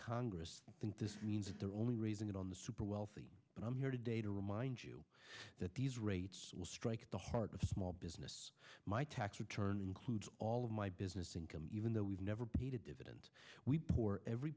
congress think this means that they're only raising it on the super wealthy and i'm here today to remind you that these rates will strike at the heart of small business my tax return includes all of my business income even though we've never paid a dividend we pour every